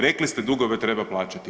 Rekli ste dugove treba plaćati.